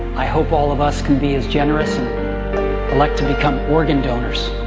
i hope all of us can be as generous and like to become organ donors